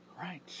Right